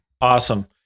awesome